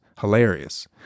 hilarious